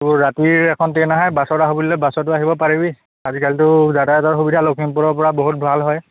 তোৰ ৰাতিৰ এখন ট্ৰেইন আহে বাছত আহোঁ বুলিলে বাছতো আহিব পাৰিবি আজিকালি তোৰ যাতায়াতৰ সুবিধা লখিমপুৰৰপৰা বহুত ভাল হয়